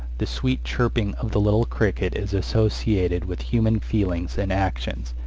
the sweet chirping of the little cricket is associated with human feelings and actions,